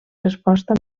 resposta